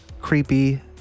creepy